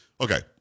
Okay